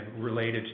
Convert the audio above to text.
related